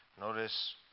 Notice